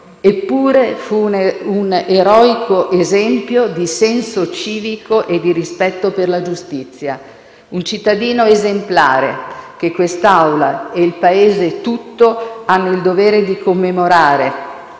Eppure fu un eroico esempio di senso civico e di rispetto per la giustizia; un cittadino esemplare che quest'Aula e il Paese tutto hanno il dovere di commemorare